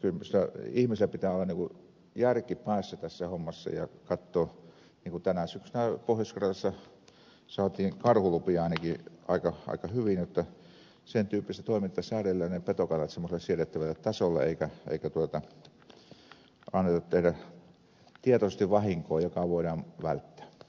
kyllä minusta ihmisillä pitää olla järki päässä tässä hommassa ja katsoa niin kuin tänä syksynä pohjois karjalassa saatiin karhulupia ainakin aika hyvin jotta sen tyyppistä toimintaa säädellään ja petokannat saatetaan semmoiselle siedettävälle tasolle eikä anneta tehdä tietoisesti vahinkoa joka voidaan välttää